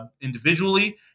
individually